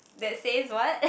that says what